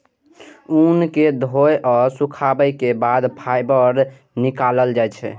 ऊन कें धोय आ सुखाबै के बाद फाइबर निकालल जाइ छै